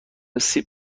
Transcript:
سیب